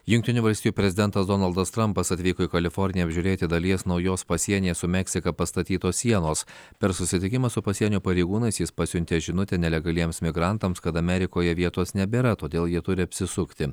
jungtinių valstijų prezidentas donaldas trampas atvyko į kaliforniją apžiūrėti dalies naujos pasienyje su meksika pastatytos sienos per susitikimą su pasienio pareigūnais jis pasiuntė žinutę nelegaliems migrantams kad amerikoje vietos nebėra todėl jie turi apsisukti